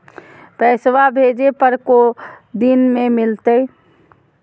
पैसवा भेजे पर को दिन मे मिलतय?